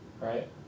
right